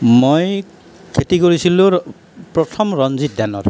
মই খেতি কৰিছিলোঁ প্ৰথম ৰঞ্জিত ধানৰ